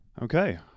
Okay